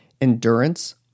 endurance